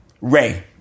ray